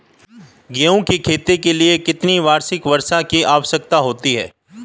गेहूँ की खेती के लिए कितनी वार्षिक वर्षा की आवश्यकता होती है?